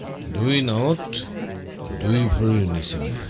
new remote delivery and mission